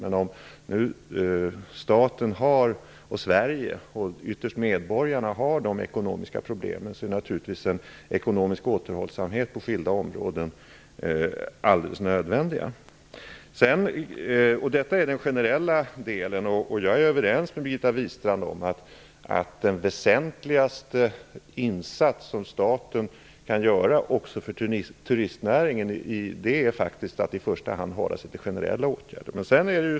Men om nu staten, Sverige och ytterst medborgarna har ekonomiska problem är naturligtvis en ekonomisk återhållsamhet på skilda områden alldeles nödvändig. Detta är den generella delen, och jag är överens med Birgitta Wistrand om att den väsentligaste insats som staten kan göra också för turistnäringen faktiskt är att i första hand hålla sig till generella åtgärder.